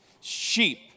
sheep